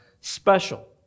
special